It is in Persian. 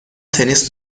تنیس